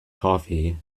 coffee